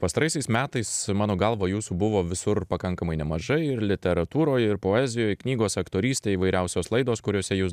pastaraisiais metais mano galva jūsų buvo visur pakankamai nemažai ir literatūroj ir poezijoj knygos aktorystė įvairiausios laidos kuriose jūs